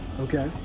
okay